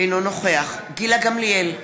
אינו נוכח גילה גמליאל,